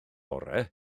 orau